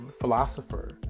philosopher